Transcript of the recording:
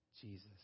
Jesus